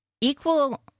equal